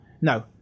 No